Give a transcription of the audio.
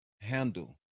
handle